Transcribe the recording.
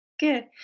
Good